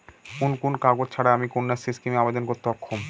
কোন কোন কাগজ ছাড়া আমি কন্যাশ্রী স্কিমে আবেদন করতে অক্ষম?